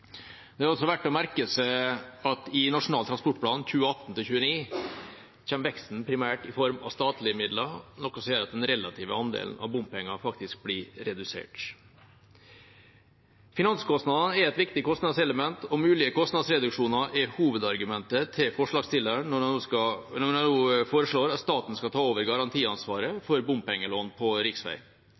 Det er også verdt å merke seg at i Nasjonal transportplan 2018–2029 kommer veksten primært i form av statlige midler, noe som gjør at den relative andelen av bompenger faktisk blir redusert. Finansieringskostnadene er et viktig kostnadselement, og mulige kostnadsreduksjoner er hovedargumentet til forslagsstillerne når de nå foreslår at staten skal ta over garantiansvaret for bompengelån på